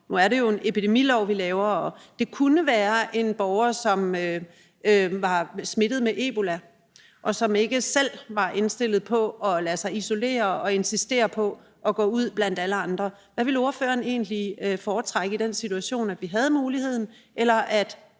Nu er det jo en epidemilov, vi laver, og det kunne være en borger, som var smittet med ebola, og som ikke selv var indstillet på at lade sig isolere, men insisterer på at gå ud blandt alle andre. Hvad ville ordføreren egentlig foretrække i den situation: at vi havde muligheden, eller at